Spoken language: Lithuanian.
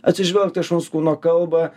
atsižvelgt į šuns kūno kalbą